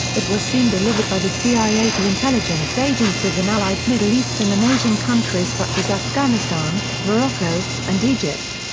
but were soon delivered by the cia to intelligence agencies in allied middle eastern and asian countries such as afghanistan, morocco, and egypt.